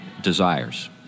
desires